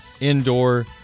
Indoor